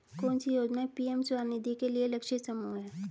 कौन सी योजना पी.एम स्वानिधि के लिए लक्षित समूह है?